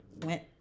Went